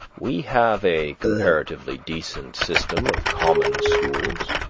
we have a comparatively decent system of common schools,